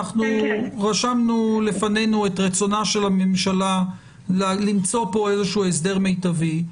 רשמנו לפנינו את רצון הממשלה למצוא כאן איזשהו הסדר מיטבי.